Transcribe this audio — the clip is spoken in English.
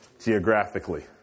geographically